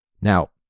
Now